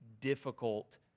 difficult